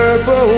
Purple